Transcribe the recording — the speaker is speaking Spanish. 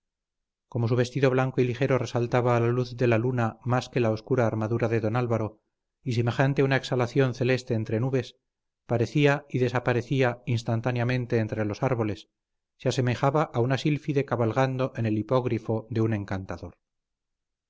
como su vestido blanco y ligero resaltaba a la luz de la luna más que la oscura armadura de don álvaro y semejante a una exhalación celeste entre nubes parecía y desaparecía instantáneamente entre los árboles se asemejaba a una sílfide cabalgando en el hipógrifo de un encantador